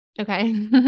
okay